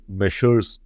measures